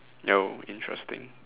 oh interesting